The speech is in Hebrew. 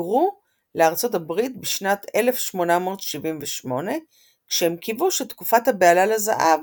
היגרו לארצות הברית בשנת 1878 כשהם קיוו שתקופת הבהלה לזהב